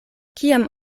kiam